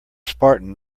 spartan